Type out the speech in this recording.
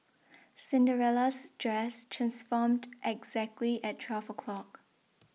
Cinderella's dress transformed exactly at twelve o'clock